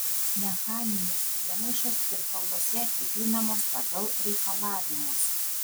mechaninės priemaišos tirpaluose tikrinamos pagal reikalavimus